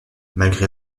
malgré